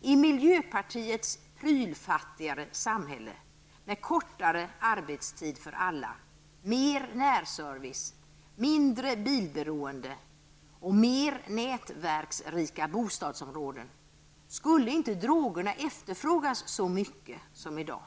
I miljöpartiets prylfattigare samhälle med kortare arbetstid för alla, mer närservice, mindre bilberoende och mer nätverksrika bostadsområden skulle drogerna inte efterfrågas så mycket som i dag.